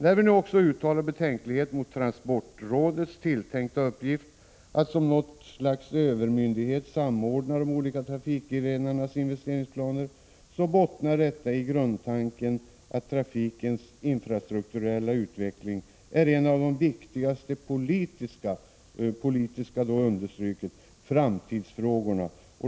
När vi också uttalar betänklighet mot Transportrådets tilltänkta uppgift, att som något slags övermyndighet samordna de olika trafikgrenarnas investeringsplaner, bottnar detta i grundtanken att trafikens infrastrukturella utveckling är en av de viktigaste politiska framtidsfrågorna.